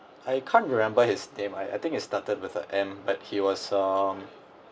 I can't remember his name I I think it started with an M but he was um